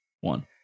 one